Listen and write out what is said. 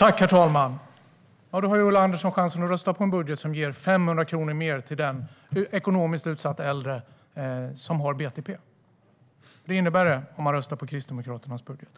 Herr talman! Då har Ulla Andersson chansen att rösta på en budget som ger 500 kronor mer till den ekonomiskt utsatta äldre som har BTP. Det är vad det innebär om man röstar på Kristdemokraternas budget.